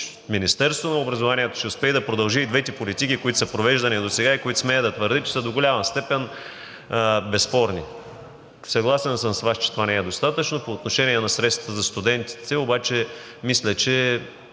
Министерството на образованието ще успее да продължи и двете политики, които са провеждани досега и които, смея да твърдя, са до голяма степен безспорни. Съгласен съм с Вас, че това не е достатъчно. По отношение на средствата за студентите обаче мисля, че